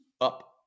up